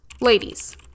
Ladies